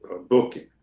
booking